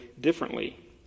differently